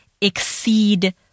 exceed